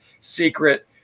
secret